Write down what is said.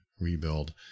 rebuild